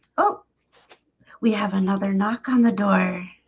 oh we have another knock on the door